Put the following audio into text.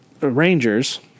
Rangers